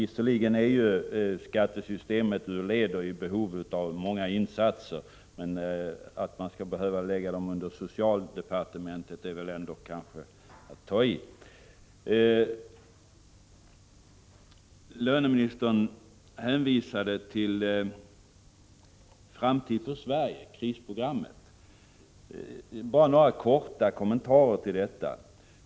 Visserligen är skattesystemet ur led och i behov av många insatser, men att man skall behöva lägga dem under socialdepartementet är väl kanske ändå att ta i. Löneministern hänvisade till Framtid för Sverige, krisprogrammet. Jag vill bara göra några korta kommentarer till detta.